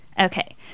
Okay